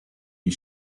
you